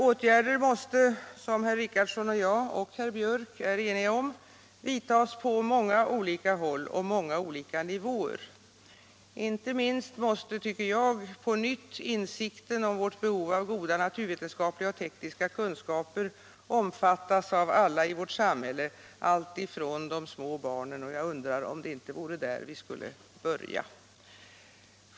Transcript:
Åtgärder måste — som herr Richardson och jag och herr Biörck i Värmdö är eniga om — vidtas på många olika håll och på många olika nivåer. Inte minst måste, tycker jag, på nytt insikten om behovet av goda naturvetenskapliga och tekniska kunskaper omfattas av alla i vårt samhälle, alltifrån de små barnen — och jag undrar om det inte är där vi skulle börja.